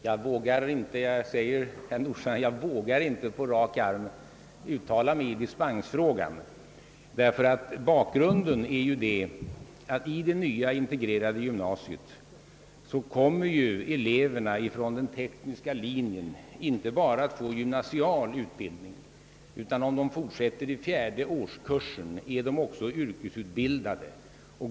Herr talman! Jag vågar inte på rak arm uttala mig i dispensfrågan. Bakgrunden är nämligen den, att i det nya integrerade gymnasiet kommer eleverna på den tekniska linjen att få inte bara gymnasial utbildning utan, om de fortsätter i den fjärde årskursen, även yrkesutbildning.